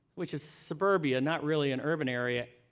which is suburbia, not really an urban area,